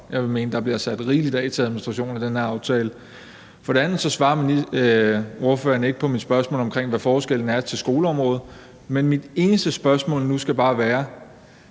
Jeg vil mene, at der bliver sat rigeligt af til administration i den her aftale. For det andet svarer ordføreren ikke på mit spørgsmål om, hvad forskellen er i forhold til skoleområdet. Men mit eneste spørgsmål nu skal bare være: